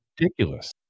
ridiculous